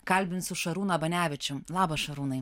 kalbinsiu šarūną banevičių labas šarūnai